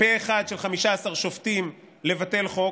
של 15 שופטים, פה אחד, לבטל חוק.